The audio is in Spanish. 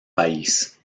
país